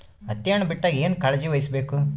ಹತ್ತಿ ಹಣ್ಣು ಬಿಟ್ಟಾಗ ಏನ ಕಾಳಜಿ ವಹಿಸ ಬೇಕು?